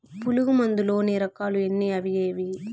పులుగు మందు లోని రకాల ఎన్ని అవి ఏవి?